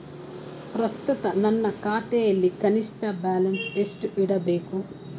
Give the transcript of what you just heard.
ಪ್ರಸ್ತುತ ನನ್ನ ಖಾತೆಯಲ್ಲಿ ಕನಿಷ್ಠ ಬ್ಯಾಲೆನ್ಸ್ ಎಷ್ಟು ಇಡಬೇಕು?